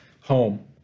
home